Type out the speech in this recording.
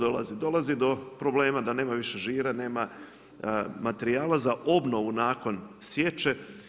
Dolazi do problema da nema više žira, nema materijala za obnovu nakon sječe.